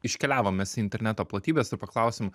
iškeliavom mes į interneto platybes ir paklausėm